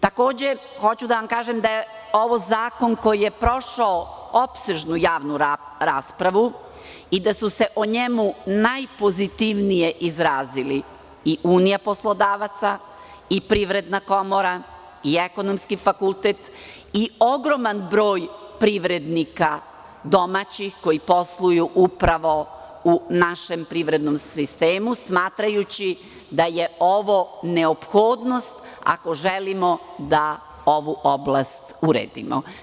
Takođe, hoću da vam kažem da je ovo zakon koji je prošao opsežnu javnu raspravu i da su se o njemu najpozitivnije izrazili i unija poslodavaca i Privredna komora i ekonomski fakultet i ogroman broj privrednika domaćih, koji posluju upravo u našem privrednom sistemu, smatrajući da je ovo neophodnost, ako želimo da ovu oblast uredimo.